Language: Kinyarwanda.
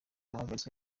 wahagaritswe